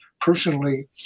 personally